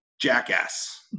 jackass